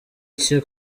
cye